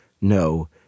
no